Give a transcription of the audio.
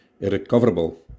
irrecoverable